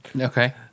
Okay